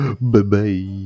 Bye-bye